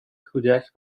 کودک